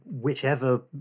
whichever